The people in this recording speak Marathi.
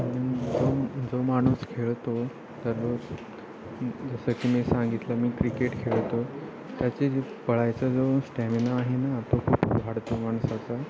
जो जो माणूस खेळतो दररोज जसं की मी सांगितलं मी क्रिकेट खेळतो त्याचे जे पळायचा जो स्टॅमिना आहे ना तो खूप वाढतो माणसाचा